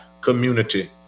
community